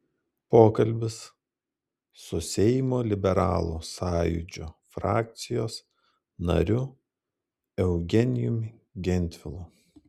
pokalbis su seimo liberalų sąjūdžio frakcijos nariu eugenijumi gentvilu